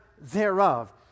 thereof